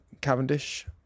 Cavendish